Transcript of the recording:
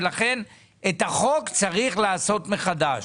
לכן את החוק צריך לעשות מחדש.